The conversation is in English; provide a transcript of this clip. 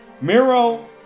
Miro